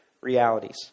realities